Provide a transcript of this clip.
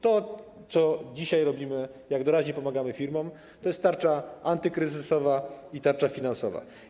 To, co dzisiaj robimy, jak doraźnie pomagamy firmom, to jest tarcza antykryzysowa i tarcza finansowa.